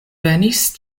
venis